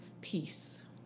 peace